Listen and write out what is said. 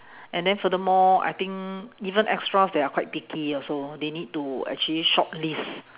and then furthermore I think even extras they are quite picky also they need to actually shortlist